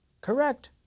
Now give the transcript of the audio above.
correct